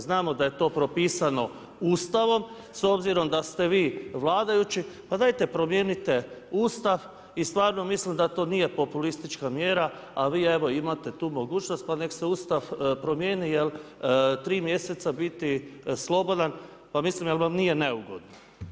Znamo da je to propisano Ustavom s obzirom da ste vi vladajući, pa dajte promijenite Ustav i stvarno mislim da to nije populistička mjera, a vi evo imate tu mogućnost pa nek' se Ustav promijeni jer tri mjeseca biti slobodan, pa mislim jel' vam nije neugodno?